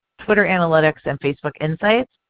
twitter analytics, and facebook insights,